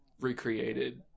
recreated